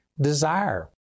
desire